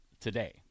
today